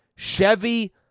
Chevy